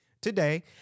today